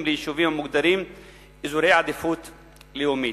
ליישובים המוגדרים אזורי עדיפות לאומית.